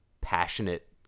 passionate